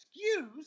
excuse